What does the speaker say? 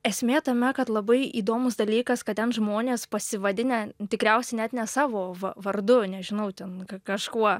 esmė tame kad labai įdomus dalykas kad ten žmonės pasivadinę tikriausiai net ne savo va vardu nežinau ten kažkuo